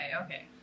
okay